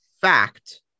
fact